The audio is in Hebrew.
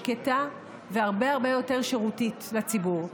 שקטה והרבה הרבה יותר שירותית לציבור.